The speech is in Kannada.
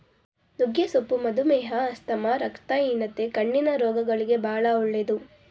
ನುಗ್ಗೆ ಸೊಪ್ಪು ಮಧುಮೇಹ, ಆಸ್ತಮಾ, ರಕ್ತಹೀನತೆ, ಕಣ್ಣಿನ ರೋಗಗಳಿಗೆ ಬಾಳ ಒಳ್ಳೆದು